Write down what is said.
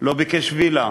לא ביקש וילה,